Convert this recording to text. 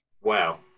wow